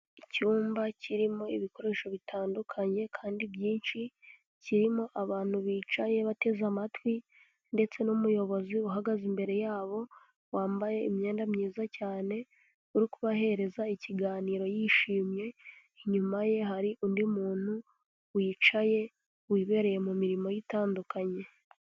Icyumba kirimo ibikoresho bitandukanye kandi byinshi, kirimo abantu bicaye bateze amatwi ndetse n'umuyobozi uhagaze imbere yabo wambaye imyenda myiza cyane, uri kubahereza ikiganiro yishimye, inyuma ye hari undi muntu wicaye, wibereye mu mirimo ye itandukanye.